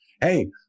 hey